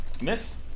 Miss